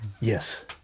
Yes